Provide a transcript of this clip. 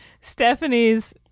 Stephanie's